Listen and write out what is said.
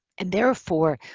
and therefore,